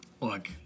Look